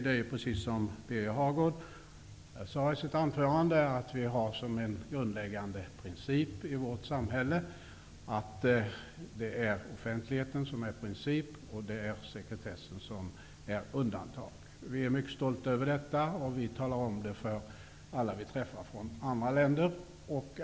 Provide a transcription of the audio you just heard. Det är precis som Birger Hagård sade i sitt anförande, att den grundläggande principen i vårt samhälle är att det är offentligheten som är princip och att det är sekretessen som är undantag. Detta är vi mycket stolta över, och vi talar om det för alla som vi träffar från andra länder.